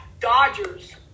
Dodgers